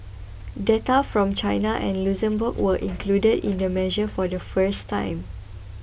data from China and Luxembourg were included in the measure for the first time